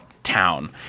town